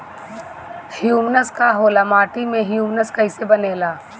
Humus का होला माटी मे ह्यूमस कइसे बनेला?